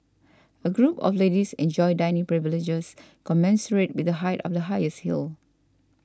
a group of ladies enjoys dining privileges commensurate with the height of the highest heel